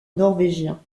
norvégien